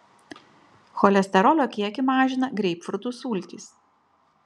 cholesterolio kiekį mažina greipfrutų sultys